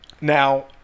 Now